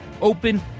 open